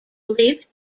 lived